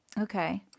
Okay